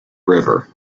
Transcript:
river